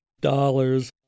dollars